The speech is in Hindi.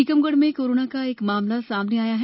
टीकमगढ़ में कोरोना का एक मामला सामने आया है